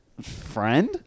friend